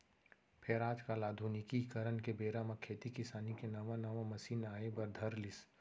फेर आज काल आधुनिकीकरन के बेरा म खेती किसानी के नवा नवा मसीन आए बर धर लिस